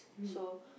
so